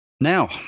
now